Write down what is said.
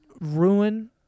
ruin